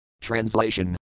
TRANSLATION